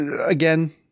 Again